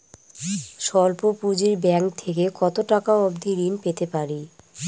স্বল্প পুঁজির ব্যাংক থেকে কত টাকা অবধি ঋণ পেতে পারি?